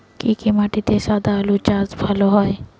কি কি মাটিতে সাদা আলু চাষ ভালো হয়?